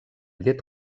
llet